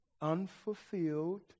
unfulfilled